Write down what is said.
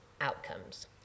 outcomes